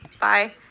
Bye